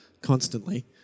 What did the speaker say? constantly